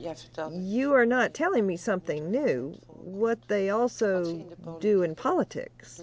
yes you are not telling me something new what they also do in politics